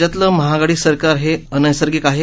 राज्यातलं महाआघाडी सरकार हे अनैसर्गिक आहे